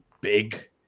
big